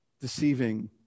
Deceiving